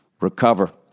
recover